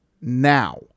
now